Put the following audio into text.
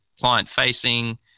client-facing